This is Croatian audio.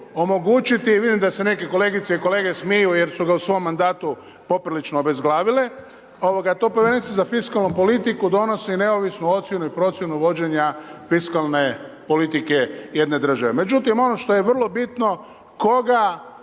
omogućiti, vidim da se neki kolegice i kolege smiju, jer su ga u svom mandatu poprilično obezglavile. To povjerenstvo za fiskalnu politiku donosi neovisnu ocjenu i procjenu vođenja fiskalne politike jedne države. Međutim, ono što je vrlo bitno, koga